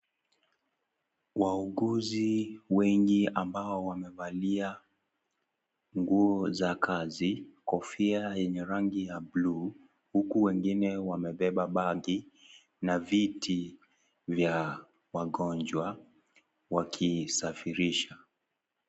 Wauguzi wengi ambao wamevalia nguo za kazi na kofia yenye rangi ya blue ,huku wengine wamebeba bagi na viti vya wagonjwa wakisafirisha.